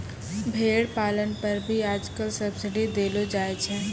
भेड़ पालन पर भी आजकल सब्सीडी देलो जाय छै